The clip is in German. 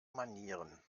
manieren